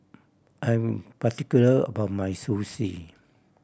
I'm particular about my Sushi